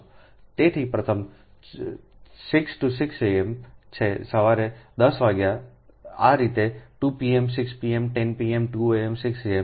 તેથી પ્રથમ 6 10 6 am છે સવારે 10 વાગ્યે આ રીતે છે 2 pm 6 pm 10 pm 2 am 6 am